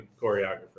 choreographer